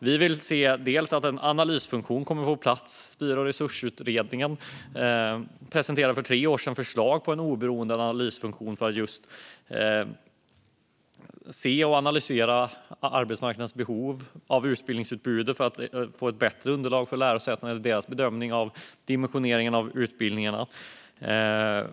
Vi vill att en analysfunktion kommer på plats. Styr och resursutredningen presenterade för tre år sedan förslag på en oberoende analysfunktion som skulle analysera arbetsmarknadens behov av utbildningsutbud för att ge ett bättre underlag för lärosätenas bedömning av dimensioneringen av utbildningarna.